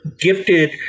gifted